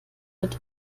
mit